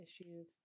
issues